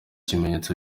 ibimenyetso